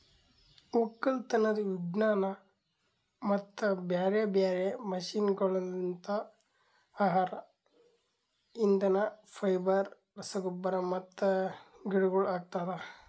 ಒಕ್ಕಲತನದ್ ವಿಜ್ಞಾನ ಮತ್ತ ಬ್ಯಾರೆ ಬ್ಯಾರೆ ಮಷೀನಗೊಳ್ಲಿಂತ್ ಆಹಾರ, ಇಂಧನ, ಫೈಬರ್, ರಸಗೊಬ್ಬರ ಮತ್ತ ಗಿಡಗೊಳ್ ಆಗ್ತದ